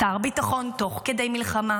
שר ביטחון תוך כדי מלחמה